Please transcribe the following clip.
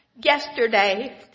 Yesterday